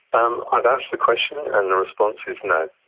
um, i've asked the question and and the response is, no,